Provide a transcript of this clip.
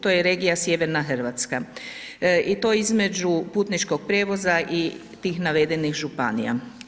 To su, to je regija Sjeverna Hrvatska, i to između Putničkog prijevoza i tih navedenih županija.